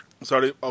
sorry